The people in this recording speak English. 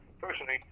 personally